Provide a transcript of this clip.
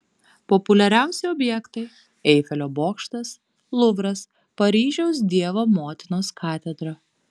populiariausi objektai eifelio bokštas luvras paryžiaus dievo motinos katedra